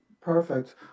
Perfect